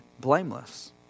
blameless